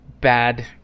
bad